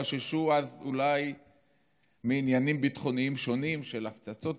חששו אז אולי מעניינים ביטחוניים שונים של ההפצצות,